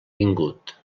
vingut